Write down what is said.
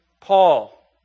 Paul